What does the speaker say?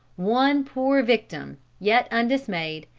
one poor victim, yet undismayed,